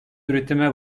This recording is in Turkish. üretime